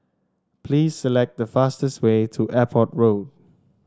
please select the fastest way to Airport Road